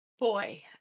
Boy